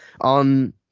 On